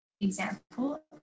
example